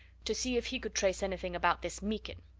to see if he could trace anything about this meekin.